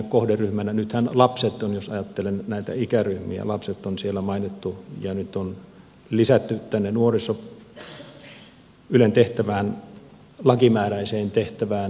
nythän lapset on jos ajattelen näitä ikäryhmiä siellä mainittu ja nyt on lisätty nuoriso tänne ylen tehtävään lakimääräiseen tehtävään